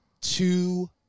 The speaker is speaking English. two